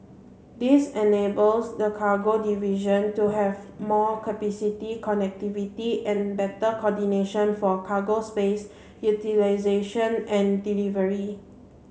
this enables the cargo division to have more capacity connectivity and better coordination for cargo space utilisation and delivery